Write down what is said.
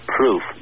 proof